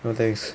no thanks